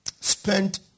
spent